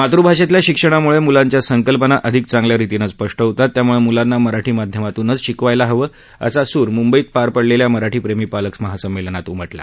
मातृभाषेतल्या शिक्षणामुळे मुलांच्या संकल्पना अधिक चांगल्या रितीनं स्पष्ट होतात त्यामुळे मुलांना मराठी माध्यमातूनच शिकवायला हवं असा सूर मुंबईत पार पडलेल्या मराठीप्रेमी पालक महासंमेलनात उमटला